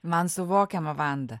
man suvokiama vanda